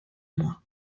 moi